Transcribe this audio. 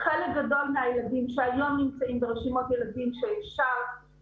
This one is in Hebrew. חלק גדול מהילדים שהיום נמצאים ברשימות ילדים שנפתח